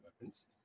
weapons